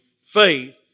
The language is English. faith